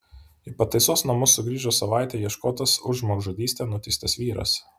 į pataisos namus sugrįžo savaitę ieškotas už žmogžudystę nuteistas vyras